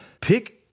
Pick